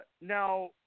Now